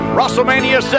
WrestleMania